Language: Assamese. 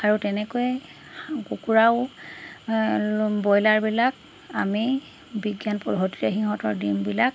আৰু তেনেকৈ কুকুৰাও ব্ৰইলাৰবিলাক আমি বিজ্ঞান পদ্ধতিৰে সিহঁতৰ ডিমবিলাক